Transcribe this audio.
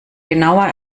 genauer